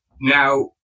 Now